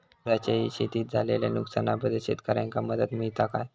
पुराच्यायेळी शेतीत झालेल्या नुकसनाबद्दल शेतकऱ्यांका मदत मिळता काय?